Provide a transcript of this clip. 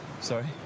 Sorry